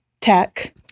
tech